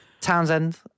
Townsend